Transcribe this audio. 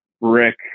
Rick